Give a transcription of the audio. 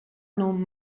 non